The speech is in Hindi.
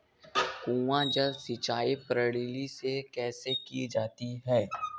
कुआँ जल सिंचाई प्रणाली से सिंचाई कैसे की जाती है?